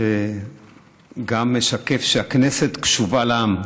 שגם משקף שהכנסת קשובה לעם,